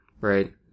right